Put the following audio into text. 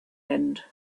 end